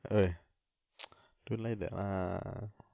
!oi! don't like that lah